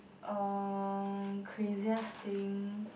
um craziest thing